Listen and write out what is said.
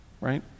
Right